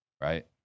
Right